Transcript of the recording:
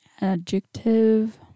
Adjective